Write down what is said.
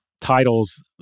titles